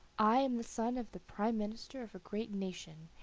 i am the son of the prime minister of a great nation,